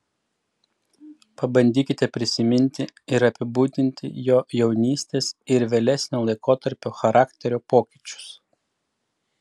pabandykite prisiminti ir apibūdinti jo jaunystės ir vėlesnio laikotarpio charakterio pokyčius